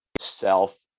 self